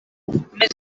més